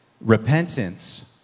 repentance